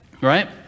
right